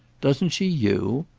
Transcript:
doesn't she you?